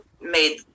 made